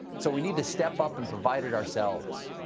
so we need to step up and provide it ourselves.